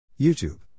YouTube